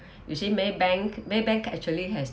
usually maybank maybank actually has